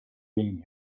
being